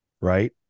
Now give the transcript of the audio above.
right